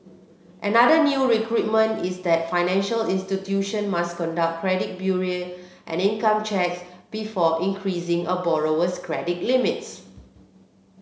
another new requirement is that financial institution must conduct credit bureau and income checks before increasing a borrower was credit limits